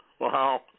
Wow